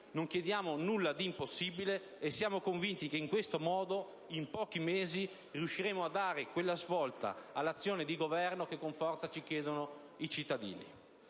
Non chiediamo nulla d'impossibile, e siamo convinti che in questo modo, in pochi mesi, riusciremo a dare quella svolta all'azione di governo che con forza ci chiedono i cittadini.